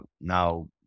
now